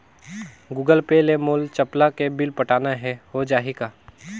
Google pay ले मोल चपला के बिल पटाना हे, हो जाही का?